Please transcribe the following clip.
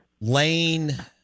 Lane